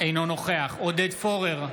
אינו נוכח עודד פורר,